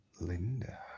Linda